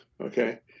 okay